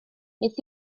wnes